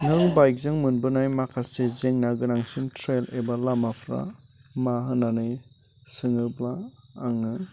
नों बाइकजों मोनबोनाय माखासे जेंना गोनांसिन ट्रैल एबा लामाफोरा मा होननानै सोङोबा आङो